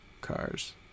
Cars